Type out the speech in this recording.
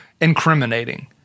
incriminating